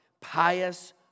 pious